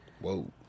Whoa